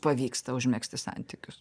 pavyksta užmegzti santykius